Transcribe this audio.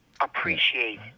appreciate